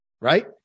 right